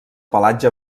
pelatge